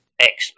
Excellent